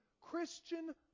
Christian